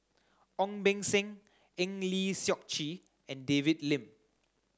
Ong Beng Seng Eng Lee Seok Chee and David Lim